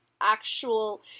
actual